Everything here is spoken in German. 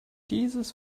dieses